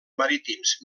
marítims